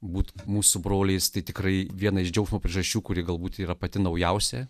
būti mūsų broliais tai tikrai viena iš džiaugsmo priežasčių kuri galbūt yra pati naujausia